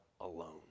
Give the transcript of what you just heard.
alone